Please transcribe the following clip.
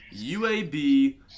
UAB